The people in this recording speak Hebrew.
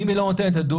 אם היא לא נותנת עדות,